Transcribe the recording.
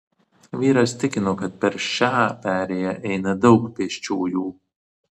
vyras tikino kad per šią perėją eina daug pėsčiųjų